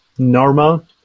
normal